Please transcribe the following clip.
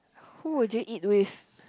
who would you eat with